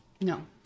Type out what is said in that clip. No